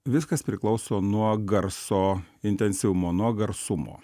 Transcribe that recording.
viskas priklauso nuo garso intensyvumo nuo garsumo